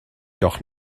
doch